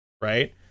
right